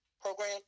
program